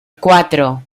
cuatro